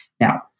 Now